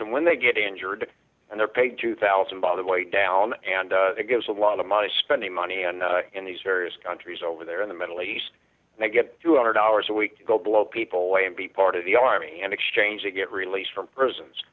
and when they get injured and they're paid two thousand by the way down and it gives a lot of money spending money on in these various countries over there in the middle east and they get two hundred dollars a week to go blow people away and be part of the army and exchange they get released from prison